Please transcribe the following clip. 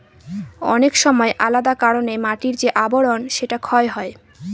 অনেক সময় আলাদা কারনে মাটির যে আবরন সেটা ক্ষয় হয়